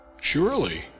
Surely